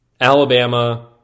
Alabama